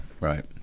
right